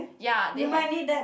ya they have